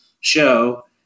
show